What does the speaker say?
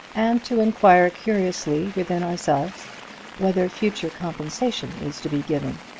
and to inquire curiously within ourselves whether future compensation is to be given.